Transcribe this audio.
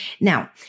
Now